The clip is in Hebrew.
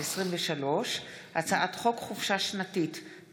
פ/1431/23 וכלה בהצעת חוק פ/1506/23: הצעת חוק חופשה שנתית (תיקון,